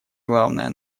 главное